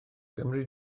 gymri